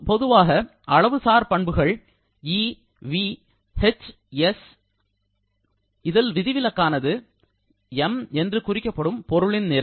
பொதுவாக அளவுசார்பண்புகள் 'E' 'V' 'H' 'S' இதில் விதிவிலக்கானது 'm' என்று குறிக்கப்படும் பொருளின் நிறை